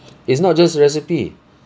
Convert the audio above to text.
it's not just recipe